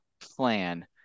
plan